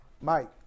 Mike